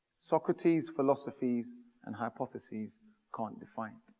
socrates, philosophies and hypotheses can't define.